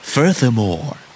Furthermore